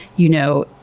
you know,